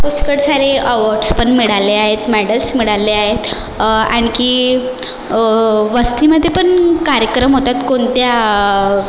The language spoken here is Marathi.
पुष्कळ सारे अवॉर्डस् पण मिळाले आहेत मेडल्स् मिळाले आहेत आणखी वस्तीमध्ये पण कार्यक्रम होतात कोणत्या